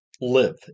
live